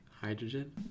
Hydrogen